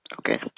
okay